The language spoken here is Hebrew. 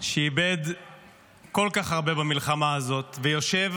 שאיבד כל כך הרבה במלחמה הזאת ויושב